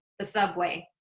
the subway.